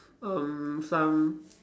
um some